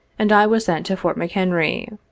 and i was sent to fort mchenry.